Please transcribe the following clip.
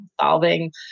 solving